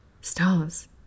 Stars